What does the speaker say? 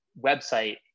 website